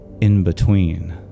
in-between